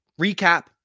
recap